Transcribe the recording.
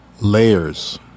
layers